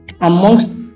amongst